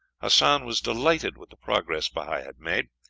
hassan was delighted with the progress bahi had made,